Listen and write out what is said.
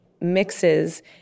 mixes